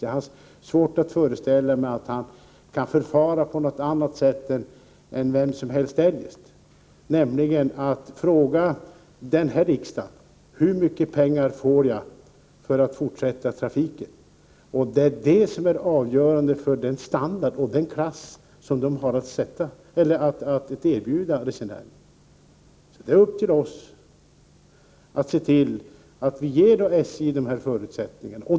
Jag har svårt att föreställa mig att han kan förfara på något annat sätt än vem som helst eljest, nämligen fråga riksdagen: Hur mycket pengar får jag för att fortsätta trafiken? Det är avgörande för den standard och den klass som man har att erbjuda resenärerna. Det är alltså upp till oss att se till att ge SJ de förutsättningarna.